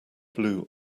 blue